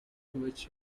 which